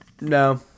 No